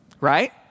Right